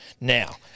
Now